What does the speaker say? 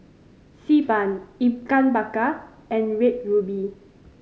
Xi Ban Ikan Bakar and Red Ruby